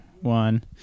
one